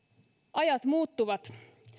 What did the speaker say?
ajat muuttuvat